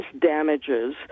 damages